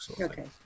Okay